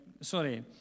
sorry